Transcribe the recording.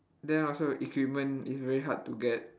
then also equipment is very hard to get